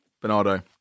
Bernardo